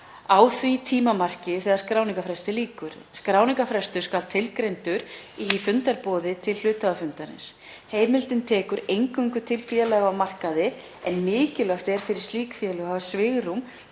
á því tímamarki þegar skráningarfresti lýkur. Skráningarfrestur skal tilgreindur í fundarboði til hluthafafundarins. Heimildin tekur eingöngu til félaga á markaði en mikilvægt er fyrir slík félög að hafa svigrúm